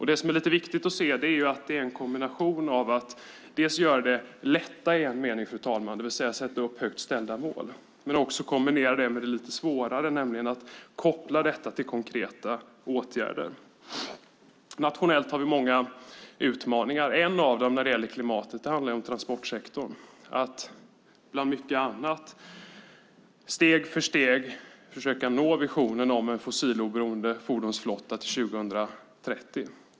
Det som är lite viktigt att se är att det är en kombination av att göra det lätta i en mening, fru talman, det vill säga sätta upp högt ställda mål, och kombinera det med det lite svårare, nämligen att koppla detta till konkreta åtgärder. Nationellt har vi många utmaningar. En av dem när det gäller klimatet handlar om transportsektorn, att bland mycket annat steg för steg försöka nå visionen om en fossiloberoende fordonsflotta till 2030.